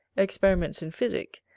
experiments in physick,